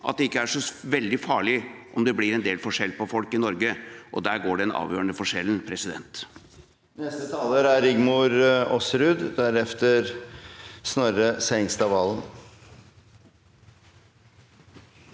at det ikke er så veldig farlig om det blir en del forskjell på folk i Norge? Der går den avgjørende forskjellen. Rigmor